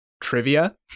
trivia